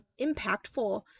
impactful